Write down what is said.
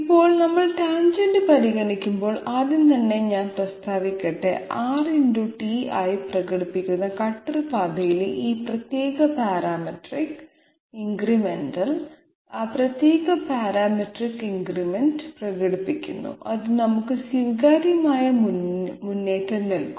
ഇപ്പോൾ നമ്മൾ ടാൻജെന്റ് പരിഗണിക്കുമ്പോൾ ആദ്യം തന്നെ ഞാൻ പ്രസ്താവിക്കട്ടെ R ആയി പ്രകടിപ്പിക്കുന്ന കട്ടർ പാതയിലെ ആ പ്രത്യേക പാരാമെട്രിക് ഇൻക്രിമെന്റിൽ ആ പ്രത്യേക പാരാമെട്രിക് ഇൻക്രിമെന്റ് പ്രകടിപ്പിക്കുന്നു അത് നമുക്ക് സ്വീകാര്യമായ മുന്നേറ്റം നൽകും